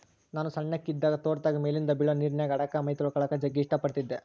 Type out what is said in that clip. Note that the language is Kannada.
ನಾನು ಸಣ್ಣಕಿ ಇದ್ದಾಗ ತೋಟದಾಗ ಮೇಲಿಂದ ಬೀಳೊ ನೀರಿನ್ಯಾಗ ಆಡಕ, ಮೈತೊಳಕಳಕ ಜಗ್ಗಿ ಇಷ್ಟ ಪಡತ್ತಿದ್ದೆ